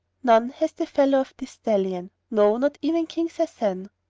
none hath the fellow of this stallion no, not even king sasan.